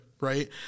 Right